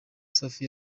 safi